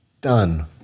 done